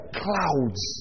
clouds